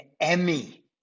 Emmy